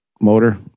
motor